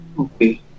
Okay